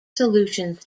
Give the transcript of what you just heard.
solutions